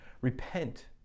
Repent